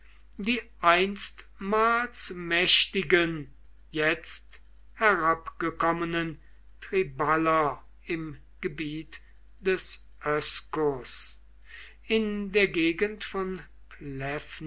die einstmals mächtigen jetzt herabgekommenen triballer im tal des oescus in der gegend von